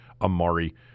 Amari